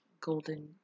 golden